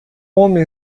homem